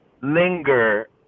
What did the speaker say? linger